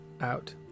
out